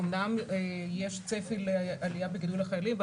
אמנם יש צפי לעליה בגידול החיילים,